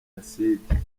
acide